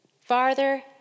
Farther